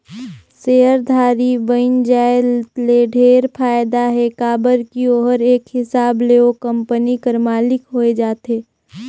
सेयरधारी बइन जाये ले ढेरे फायदा हे काबर की ओहर एक हिसाब ले ओ कंपनी कर मालिक होए जाथे